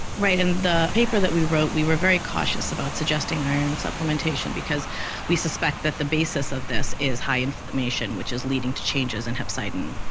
right, and in the paper that we wrote we were very cautious about suggesting iron supplementation because we suspect that the basis of this is high inflammation which is leading to changes in hepcidin.